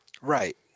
right